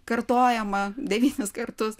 kartojama devynis kartus